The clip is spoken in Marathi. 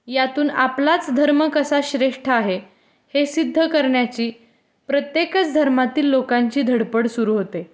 यातून आपलाच धर्म कसा श्रेष्ठ आहे हे सिद्ध करण्याची प्रत्येकच धर्मातील लोकांची धडपड सुरू होते